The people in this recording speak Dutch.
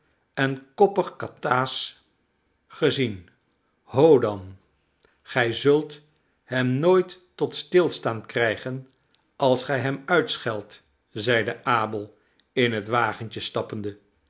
en koppig kataas gezien ho dan gij zult hem nooit tot stilstaan krijgen als gij hem uitscheldt zeide abel in het wagentje stappende